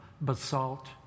basalt